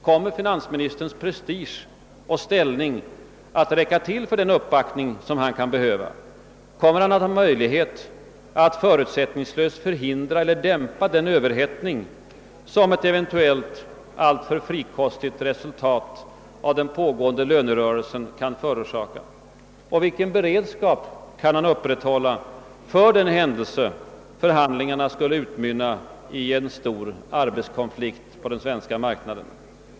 Kommer finansministerns prestige och ställning att räcka till för den uppbackning som han kan behöva? Kommer han att ha möjlighet att förutsättningslöst förhindra eller dämpa den överhettning som ett eventuellt alltför frikostigt resultat av den pågående lönerörelsen kan förorsaka? Och vilken beredskap kan han upprätthålla för den händelse förhandlingarna skulle utmynna i en stor arbetskonflikt på den svenska marknaden?